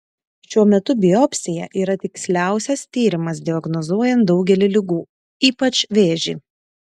šiuo metu biopsija yra tiksliausias tyrimas diagnozuojant daugelį ligų ypač vėžį